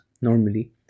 normally